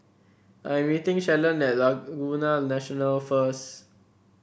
I am meeting Shalon at Laguna National first